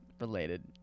related